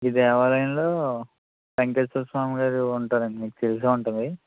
ఈ దేవాలయంలో వేంకటేశ్వరస్వామి గారు ఉంటారండి మీకు తెలిసే ఉంటుంది